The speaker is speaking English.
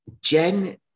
Jen